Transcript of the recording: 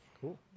cool